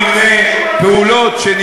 מה זה קשור לנושא שאנחנו מדברים עליו היום?